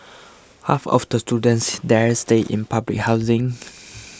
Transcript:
half of the students there stay in public housing